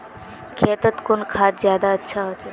खेतोत कुन खाद ज्यादा अच्छा होचे?